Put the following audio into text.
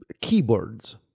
keyboards